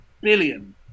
billion